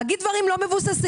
להגיד דברים לא מבוססים.